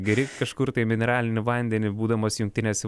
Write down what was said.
geri kažkur tai mineralinį vandenį būdamas jungtinėse